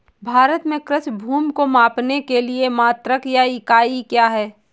भारत में कृषि भूमि को मापने के लिए मात्रक या इकाई क्या है?